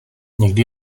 někdy